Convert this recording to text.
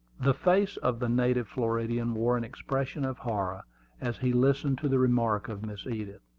the face of the native floridian wore an expression of horror as he listened to the remark of miss edith.